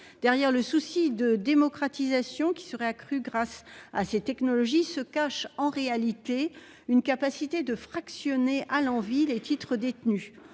Derrière le souci de démocratisation qui serait accru grâce à ces technologies se cache en réalité une capacité de fractionner à l'envi les titres détenus